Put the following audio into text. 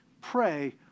Pray